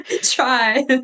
Try